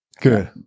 Good